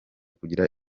kugira